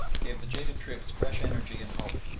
gave the jaded troops fresh energy and hope.